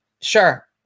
Sure